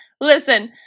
listen